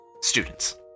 students